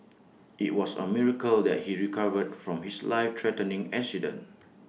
IT was A miracle that he recovered from his life threatening accident